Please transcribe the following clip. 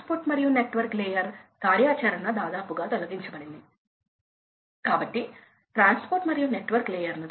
కాబట్టి 35 horsepower స్థాయి 10 సమయం ఉంటుంది కాబట్టి వెయిట్టెడ్ హార్స్పవర్ 3